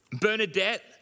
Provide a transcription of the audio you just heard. Bernadette